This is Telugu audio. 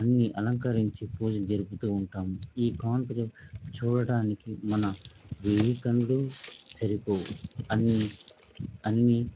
అన్నీ అలంకరించి పూజ జరుపుతూ ఉంటాము ఈ కాంతులు చూడటానికి మన వేయి కన్నులు సరిపోవు అన్నీ అన్నీ